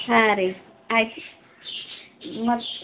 ಹಾಂ ರಿ ಆಯ್ತು ಮತ್ತು